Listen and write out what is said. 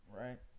Right